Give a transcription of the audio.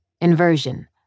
Inversion